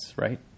right